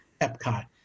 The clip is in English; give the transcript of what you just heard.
Epcot